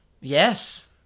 Yes